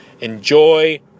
Enjoy